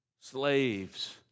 Slaves